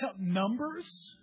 Numbers